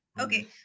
Okay